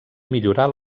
millorar